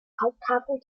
haupthafen